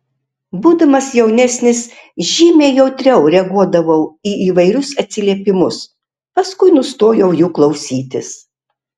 būdamas jaunesnis žymiai jautriau reaguodavau į įvairius atsiliepimus paskui nustojau jų klausytis